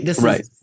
Right